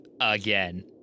again